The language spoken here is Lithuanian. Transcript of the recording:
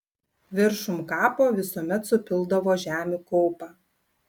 viršum kapo visuomet supildavo žemių kaupą